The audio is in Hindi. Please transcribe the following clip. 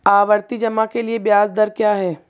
आवर्ती जमा के लिए ब्याज दर क्या है?